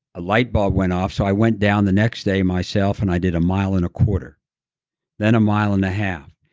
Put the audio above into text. a light bulb went off. so i went down the next day and myself and i did a mile in a quarter then a mile and a half,